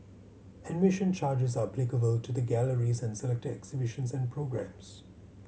admission charges are applicable to the galleries and selected exhibitions and programmes